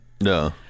No